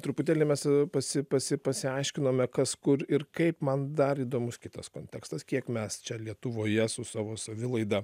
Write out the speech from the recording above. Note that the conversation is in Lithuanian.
truputėlį mes pasi pasi pasiaiškinome kas kur ir kaip man dar įdomus kitas kontekstas kiek mes čia lietuvoje su savo savilaida